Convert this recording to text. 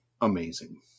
amazing